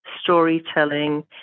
storytelling